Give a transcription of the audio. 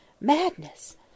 Madness